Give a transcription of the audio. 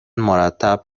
مرتب